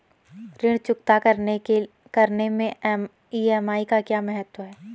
ऋण चुकता करने मैं ई.एम.आई का क्या महत्व है?